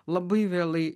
labai vėlai